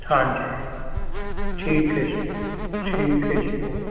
ਹਾਂਜੀ ਠੀਕ ਹੈ ਜੀ ਠੀਕ ਹੈ ਜੀ ਓਕੇ